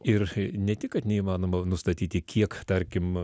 ir ne tik kad neįmanoma nustatyti kiek tarkim